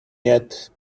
yet